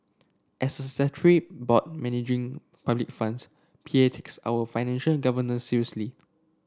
as a statutory board managing public funds P A takes our financial governance seriously